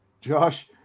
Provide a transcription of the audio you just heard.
Josh